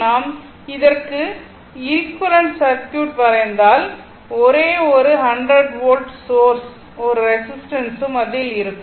நாம் இதற்கு equivalent circuit வரைந்தால் ஒரே ஒரு 100 வோல்ட் சோர்ஸும் ஒரு ரெசிஸ்டன்ஸ்சும் அதில் இருக்கும்